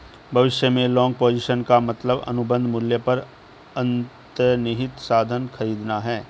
भविष्य में long position का मतलब अनुबंध मूल्य पर अंतर्निहित साधन खरीदना है